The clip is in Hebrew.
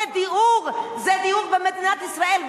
זה דיור במדינת ישראל,